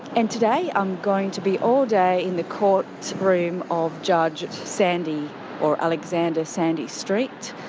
and today i'm going to be all day in the courtroom of judge sandy or alexander sandy street.